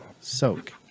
Soak